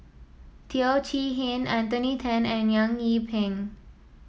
Teo Chee Hean Anthony Then and Eng Yee Peng